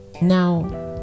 now